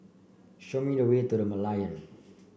show me the way to The Merlion